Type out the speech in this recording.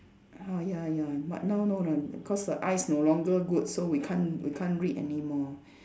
ah ya ya but now no lah cause the eyes no longer good so we can't we can't read anymore